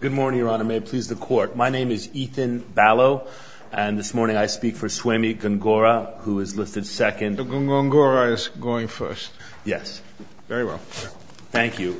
good morning ron i'm a please the court my name is ethan ballo and this morning i speak for swimming who is listed second going first yes very well thank you